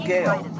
Gale